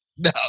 No